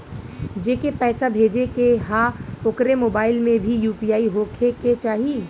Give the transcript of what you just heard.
जेके पैसा भेजे के ह ओकरे मोबाइल मे भी यू.पी.आई होखे के चाही?